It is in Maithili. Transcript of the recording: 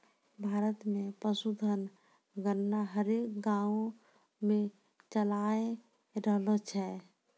भारत मे पशुधन गणना हरेक गाँवो मे चालाय रहलो छै